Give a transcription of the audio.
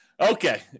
okay